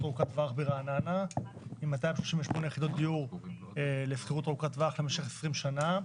ארוכת טווח ברעננה עם 238 יחידות לשכירות ארוכת טווח למשך 20 שנה.